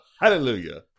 Hallelujah